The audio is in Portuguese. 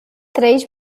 três